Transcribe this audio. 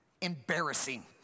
Embarrassing